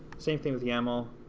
same thing with yaml